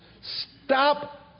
stop